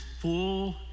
full